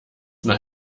nach